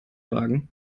wagen